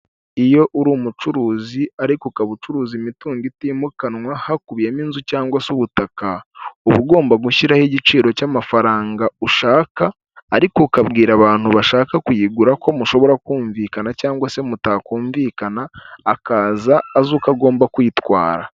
Iyo uri umucuruzi ariko ukaba ucuruza imitungo itimukanwa hakubiyemo inzu cyangwa se ubutaka, uba ugomba gushyiraho igiciro cy'amafaranga ushaka ariko ukabwira abantu bashaka kuyigura ko mushobora kumvikana cyangwa se mutakumvikana akaza azi uko agomba kwitwara.